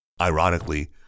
Ironically